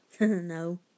No